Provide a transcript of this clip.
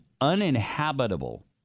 uninhabitable